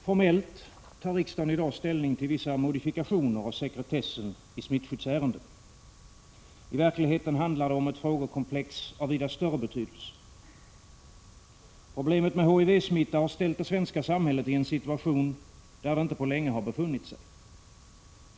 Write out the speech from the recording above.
Herr talman! Formellt tar riksdagen i dag ställning till vissa modifikationer av sekretessen i smittskyddsärenden. I verkligheten handlar det om ett frågekomplex av vida större betydelse. Problemet med HIV-smitta har ställt det svenska samhället i en situation där det inte på länge har befunnit sig.